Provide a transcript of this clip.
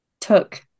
took